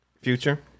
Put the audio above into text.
Future